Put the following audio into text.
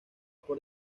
por